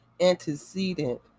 antecedent